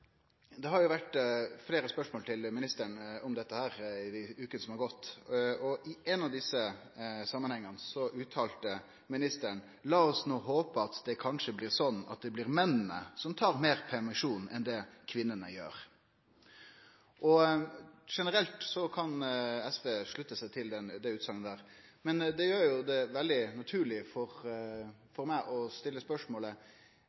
Det har vore fleire spørsmål til ministeren om fedrekvoten i vekene som har gått. I ein av desse samanhengane uttalte ministeren: «La oss nå håpe at det kanskje blir sånn at det blir mennene som tar mer permisjon enn det kvinnene gjør.» Generelt kan SV slutte seg til den utsegna, men det gjer det veldig naturleg for meg å stille spørsmålet: